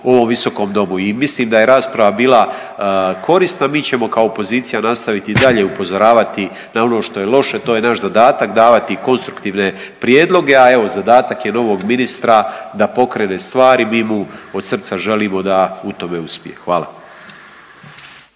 u ovom visokom domu i mislim da je rasprava bila korisna, mi ćemo kao opozicija nastaviti i dalje upozoravati na ono što je loše, to je naš zadatak, davati konstruktivne prijedloge, a evo, zadatak je novog ministra da pokrene stvari, mi mu od srca želimo da u tome uspije. Hvala.